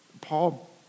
Paul